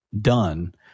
done